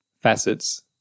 facets